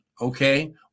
Okay